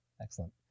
Excellent